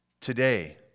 Today